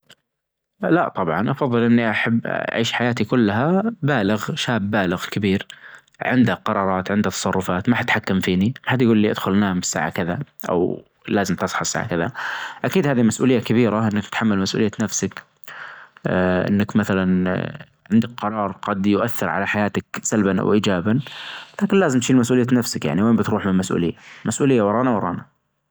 لا طبعا افظل اني احب اعيش حياتي كلها بالغ شاب بالغ كبير عنده قرارات عنده تصرفات ما احد حكم فيني احد يقول لي ادخل نام الساعة كذا او لازم تصحى الساعة كذا اكيد هذي مسؤولية كبيرة انك تتحمل مسؤولية نفسك انك مثلا عندك قرار قد يؤثر على حيات سلبا او ايجابا لكن لازم تشيل مسؤولية نفسك يعني وين بتروح بالمسؤولية? المسؤولية ورانا ورانا